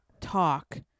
talk